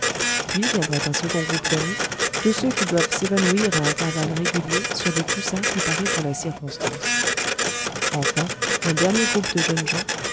puis viendrait un second groupe d'amis de ceux qui doivent s'évanouir à intervalles réguliers sur des coussins préparés pour la circonstance enfin un dernier groupe de jeunes gens